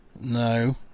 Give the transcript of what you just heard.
No